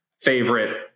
favorite